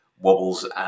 wobbles